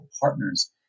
partners